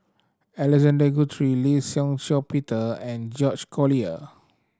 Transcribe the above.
Alexander Guthrie Lee Shih Shiong Peter and George Collyer